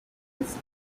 his